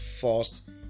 first